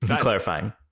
clarifying